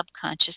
subconscious